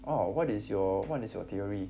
oh what is your what is your theory